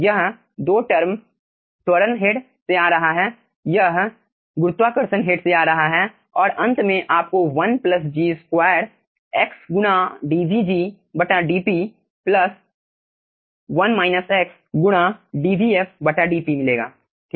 यह 2 टर्म त्वरण हेड से आ रहा है यह गुरुत्वाकर्षण हेड से आ रहा है और अंत में आपको 1 G2 x गुणा dvg dp गुणा dvfdp मिलेगा ठीक है